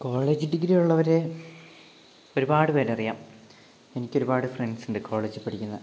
college degree ഉള്ളവരെ ഒരുപാട് പേരെ അറിയാം എനിക്ക് ഒരുപാട് ഫ്രണ്ട്സ് ഉണ്ട് കോളേജിൽ പഠിക്കുന്ന